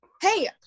hey